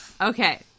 Okay